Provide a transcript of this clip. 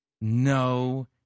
No